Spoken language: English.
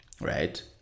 Right